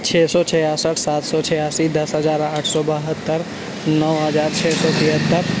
چھ سو چھیاسٹھ سات سو چھیاسی دس ہزار آٹھ سو بہتر نو ہزار چھ سو تیہتر